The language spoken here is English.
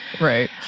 Right